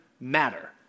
matter